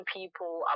people